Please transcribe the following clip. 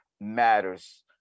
matters